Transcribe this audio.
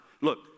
look